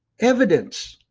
evidence.